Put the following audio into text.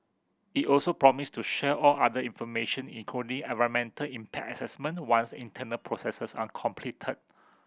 it also promised to share all other information including environmental impact assessment once internal processes are completed